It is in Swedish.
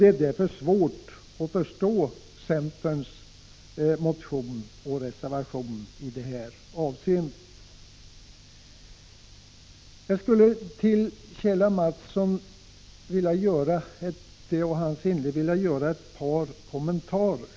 Det är därför svårt att förstå centerns motion och reservation i detta avseende. Med anledning av Kjell A. Mattssons inlägg här skulle jag vilja göra ett par kommentarer.